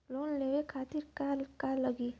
Loan लेवे खातीर का का लगी?